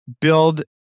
build